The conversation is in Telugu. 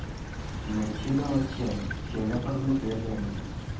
మిర్చిలో వచ్చే చీడపురుగులు పేర్లు ఏమిటి?